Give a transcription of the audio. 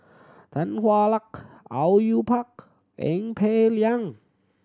Tan Hwa Luck Au Yue Pak Eng Peng Liang